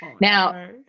Now